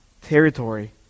territory